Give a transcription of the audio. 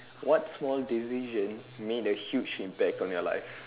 what small decision made a huge impact on your life